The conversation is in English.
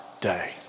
day